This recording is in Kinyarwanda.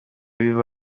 biba